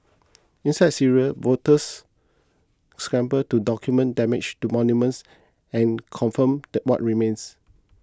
inside Syria volunteers scramble to document damage to monuments and confirm what remains